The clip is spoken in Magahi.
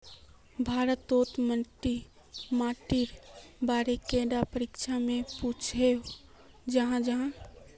भारत तोत मिट्टी माटिर बारे कैडा परीक्षा में पुछोहो जाहा जाहा?